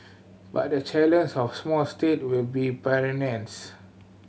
but the challenges of small state will be